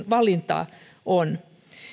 valinta on